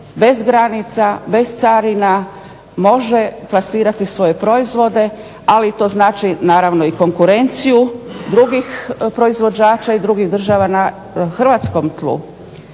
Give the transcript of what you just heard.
bez granica, bez carina može plasirati svoje proizvode ali to znači naravno i konkurenciju drugih proizvođača i drugih država na Hrvatskom tlu.